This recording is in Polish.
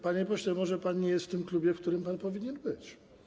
Panie pośle, może pan nie jest w tym klubie, w którym pan powinien być?